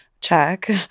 check